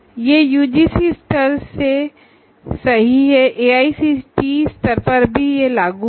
यह यूजीसी स्तर से सही है एआईसीटीई स्तर पर भी लागू हैं